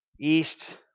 east